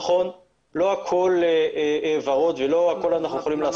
נכון, לא הכול ורוד ולא הכול אנחנו יכולים עשות.